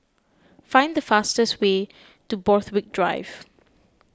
find the fastest way to Borthwick Drive